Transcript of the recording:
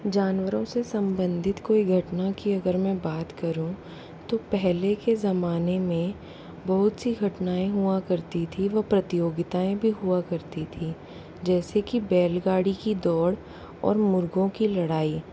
जानवरों से संबंधित कोई घटना की अगर मैं बात करूँ तो पहले के ज़माने में बहुत सी घटनाएँ हुआ करती थी वो प्रतियोगिताएँ भी हुआ करती थी जैसे की बैल गाड़ी की दौड़ और मुर्गों की लड़ाई